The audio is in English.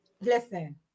Listen